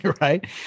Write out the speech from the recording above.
right